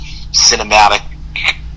cinematic